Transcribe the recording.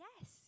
yes